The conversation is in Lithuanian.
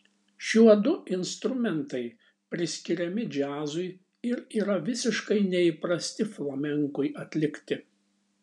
šiuodu instrumentai priskiriami džiazui ir yra visiškai neįprasti flamenkui atlikti